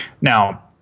Now